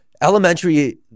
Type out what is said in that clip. Elementary